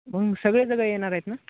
मग सगळे जणं येणार आहेत ना